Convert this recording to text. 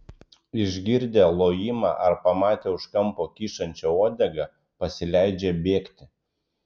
išgirdę lojimą ar pamatę už kampo kyšančią uodegą pasileidžia bėgti